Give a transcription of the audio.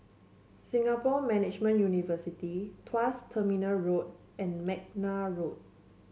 Singapore Management University Tuas Terminal Road and McNair Road